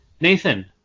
Nathan